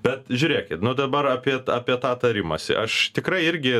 bet žiūrėkit nu dabar apie apie tą tarimąsi aš tikrai irgi